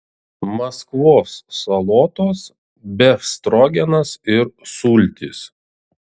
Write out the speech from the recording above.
maskvos salotos befstrogenas ir sultys